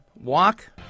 walk